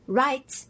right